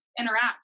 interact